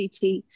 CT